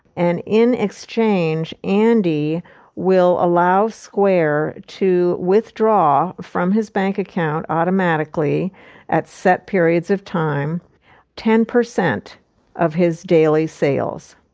and in exchange, andy will allow square to withdraw from his bank account automatically at set periods of time ten percent of his daily sales,